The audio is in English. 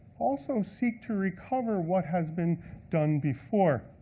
also seek to recover what has been done before.